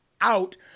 out